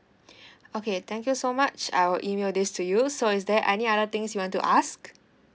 okay thank you so much I will email this to you so is there any other things you want to ask